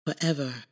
forever